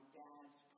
dad's